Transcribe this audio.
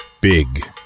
Big